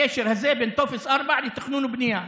הוא הביא את הקשר הזה בין טופס 4 לתכנון ובנייה.